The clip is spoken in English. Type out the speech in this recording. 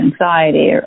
anxiety